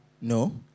No